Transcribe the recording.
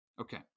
Okay